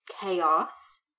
chaos